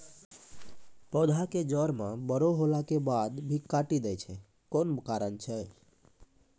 पौधा के जड़ म बड़ो होला के बाद भी काटी दै छै कोन कारण छै?